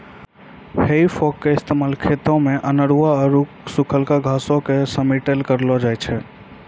हेइ फोक के इस्तेमाल खेतो मे अनेरुआ आरु सुखलका घासो के समेटै मे करलो जाय छै